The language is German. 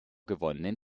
gewonnenen